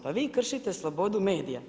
Pa vi kršite slobodu medija.